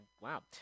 wow